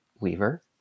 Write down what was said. weaver